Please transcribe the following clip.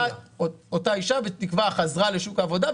אותה אישה בתקווה חזרה לשוק העבודה,